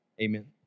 Amen